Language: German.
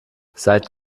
seit